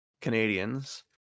canadians